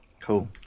Cool